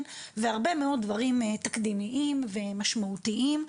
והרבה מאוד דברים תקדימיים ומשמעותיים.